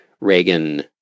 Reagan